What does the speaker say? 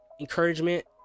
encouragement